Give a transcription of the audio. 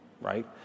right